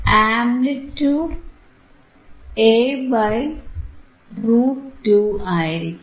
amplitude A√2 ആയിരിക്കും